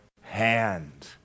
hand